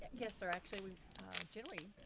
yes sir actually, we generally.